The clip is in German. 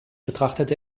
betrachtet